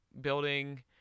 building